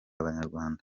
abanyarwanda